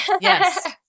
Yes